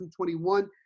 2021